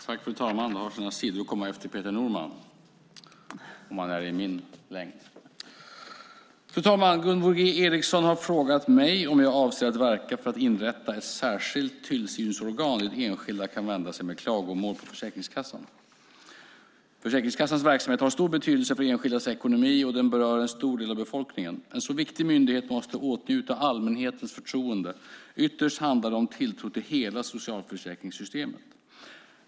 Fru talman! Gunvor G Ericson har frågat mig om jag avser att verka för att inrätta ett särskilt tillsynsorgan dit enskilda kan vända sig med klagomål på Försäkringskassan. Försäkringskassans verksamhet har stor betydelse för enskildas ekonomi, och den berör en stor del av befolkningen. En så viktig myndighet måste åtnjuta allmänhetens förtroende. Ytterst handlar det om tilltron till hela socialförsäkringssystemet.